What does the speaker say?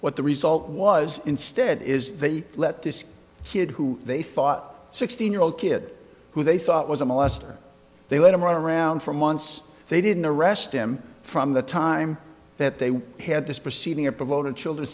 what the result was instead is they let this kid who they thought sixteen year old kid who they thought was a molester they let him run around for months they didn't arrest him from the time that they had this proceeding a proponent children